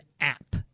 app